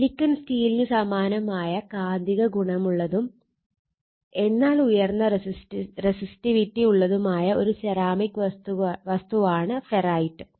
silicon സ്റ്റീലിനു സമാനമായ കാന്തിക ഗുണങ്ങളുള്ളതും എന്നാൽ ഉയർന്ന റെസിസ്റ്റിവിറ്റി ഉള്ളതുമായ ഒരു സെറാമിക് വസ്തുവാണ് ഫെറൈറ്റ്